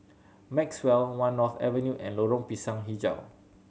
Maxwell One North Avenue and Lorong Pisang Hijau